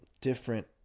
different